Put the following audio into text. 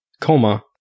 coma